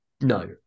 No